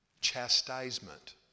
chastisement